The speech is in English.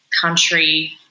country